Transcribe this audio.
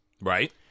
right